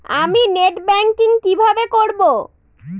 আমি net banking কিভাবে করব?